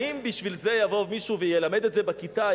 האם כשיבוא מישהו וילמד את זה בכיתה,